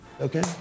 Okay